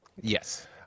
Yes